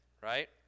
right